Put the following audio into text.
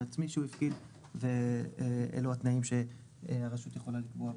עצמי שהוא הפקיד ואלו התנאים שהרשות יכולה לקבוע,